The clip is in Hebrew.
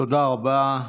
תודה רבה.